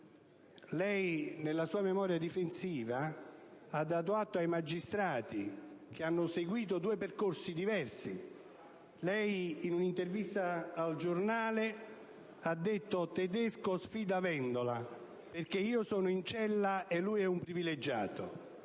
nella sua memoria difensiva, ha dato atto ai magistrati di aver seguito due percorsi diversi. In un'intervista a "il Giornale", si legge: «Tedesco sfida Vendola: "Perché io sono in cella? Lui è un privilegiato"».